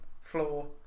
floor